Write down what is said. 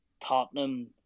Tottenham